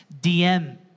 DM